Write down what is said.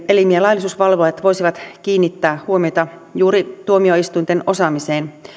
laillisuusvalvojat voisivat kiinnittää huomiota juuri tuomioistuinten osaamiseen